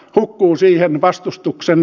hukkuu siihen vastustuksen